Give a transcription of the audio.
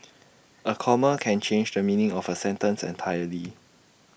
A comma can change the meaning of A sentence entirely